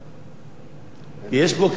יש פה קביעה של היועץ המשפטי.